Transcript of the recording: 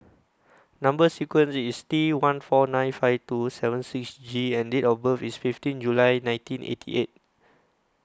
Number sequence IS T one four nine five two seven six G and Date of birth IS fifteen July nineteen eighty eight